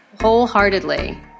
wholeheartedly